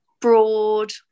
broad